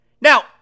Now